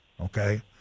okay